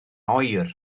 oer